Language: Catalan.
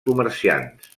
comerciants